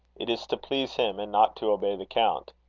it is to please him, and not to obey the count.